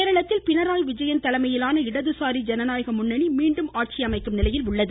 கேரளத்தில் பினராயி விஜயன் தலைமையிலான இடதுசாரி ஜனநாயக முன்னனி மீண்டும் ஆட்சி அமைக்கும் நிலையில் உள்ளது